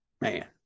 man